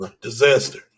Disaster